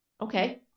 Okay